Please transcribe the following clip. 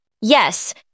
Yes